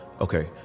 Okay